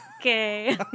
Okay